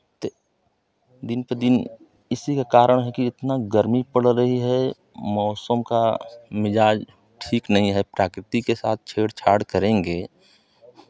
तो दिन पे दिन इसी के कारण है कि इतना गर्मी पड़ रही है मौसम का मिज़ाज ठीक नहीं है प्रकृति के साथ छेड़ छाड़ करेंगे